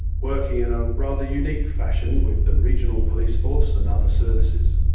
working in a rather unique fashion with the regional police force and other services.